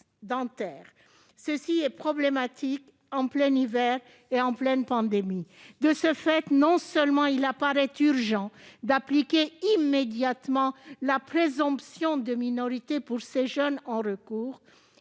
qui est problématique en plein hiver et en pleine pandémie. De ce fait, non seulement il apparaît urgent d'appliquer immédiatement la présomption de minorité pour ces jeunes en recours,